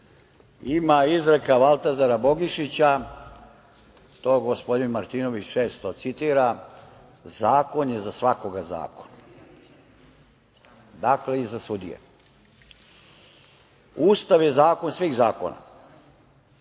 ima izreka Valtazara Bogišića, to gospodin Martinović često citira: „Zakon je za svakoga zakon.“ Dakle, i za sudije. Ustav je zakon svih zakona,